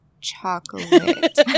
chocolate